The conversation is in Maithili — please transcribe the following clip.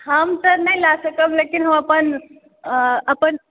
हम तऽ नहि लए सकब लेकिन हम अपन अपन